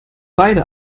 beide